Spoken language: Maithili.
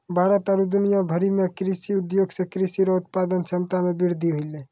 भारत आरु दुनिया भरि मे कृषि उद्योग से कृषि रो उत्पादन क्षमता मे वृद्धि होलै